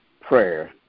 prayer